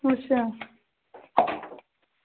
अच्छा